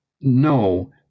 No